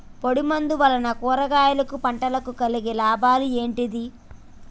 పొడిమందు వలన కూరగాయల పంటకు కలిగే లాభాలు ఏంటిది?